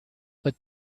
but